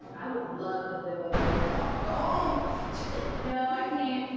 i would love to live over there. well, go on. no, i can't.